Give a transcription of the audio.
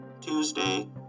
Tuesday